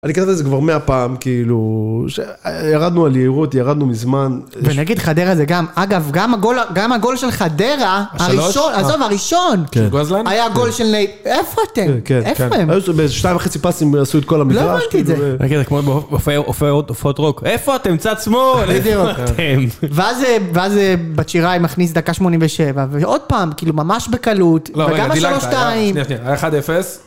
אני כתבתי על זה כבר מאה פעם, כאילו, שירדנו על יעירות, ירדנו מזמן. ונגיד חדרה זה גם, אגב, גם הגול של חדרה, הראשון, עזוב, הראשון. של גוזלנד? היה הגול של... איפה אתם? כן, כן. היו שתיים וחצי פסים ועשו את כל המגרש. לא ראיתי את זה. נגיד, כמו בהופעות רוק, איפה אתם? צד שמאל? איפה אתם? ואז בת-שירה היא מכניס דקה 87, ועוד פעם, כאילו, ממש בקלות, וגם ה-3-2... שניה, שניה, היה 1-0.